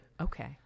Okay